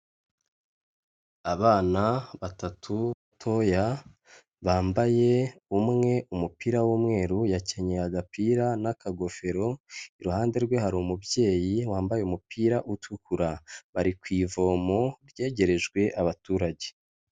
Abana batatu toya, bambaye umwe umupira w'umweru yakenyeye agapira n'akagofero, iruhande rwe hari umubyeyi wambaye umupira utukura, bari ku ivomo ryegerejwe abaturage.